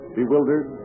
bewildered